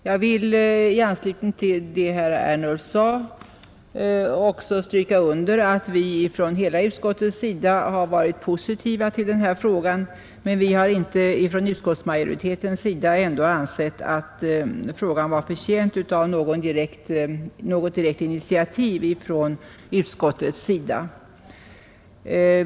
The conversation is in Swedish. Herr talman! I anslutning till vad herr Ernulf sade vill jag också stryka under att vi alla i utskottet varit positiva till den här frågan. Men utskottsmajoriteten har ändå inte ansett att frågan var förtjänt av något direkt initiativ från utskottets sida.